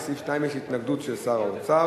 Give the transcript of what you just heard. ולסעיף 2 יש התנגדות של שר האוצר.